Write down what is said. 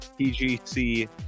PGC